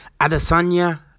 Adesanya